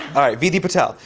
alright, viti patel.